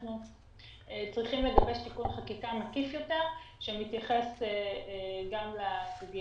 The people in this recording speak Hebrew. אנחנו צריכים לגבש תיקון חקיקה מקיף יותר שמתייחס גם לסוגיות